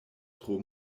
tro